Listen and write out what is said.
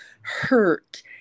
hurt